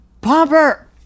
Pomper